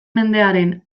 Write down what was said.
mendearen